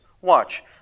Watch